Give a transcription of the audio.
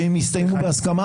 שהם יסתיימו בהסכמה,